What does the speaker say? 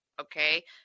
okay